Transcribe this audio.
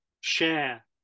share